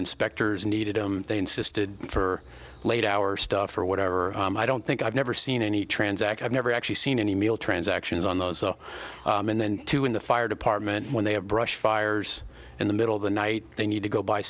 inspectors needed they insisted for late hour stuff or whatever i don't think i've never seen any transact i've never actually seen any meal transactions on those so and then two in the fire department when they have brush fires in the middle of the night they need to go b